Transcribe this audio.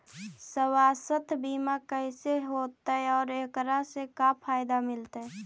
सवासथ बिमा कैसे होतै, और एकरा से का फायदा मिलतै?